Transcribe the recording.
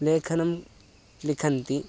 लेखनं लिखन्ति